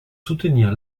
soutenir